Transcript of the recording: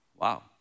Wow